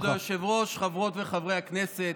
כבוד היושב-ראש, חברות וחברי הכנסת,